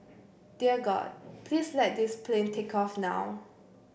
dear God please let this plane take off now